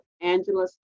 Angela